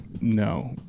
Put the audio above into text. no